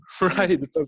Right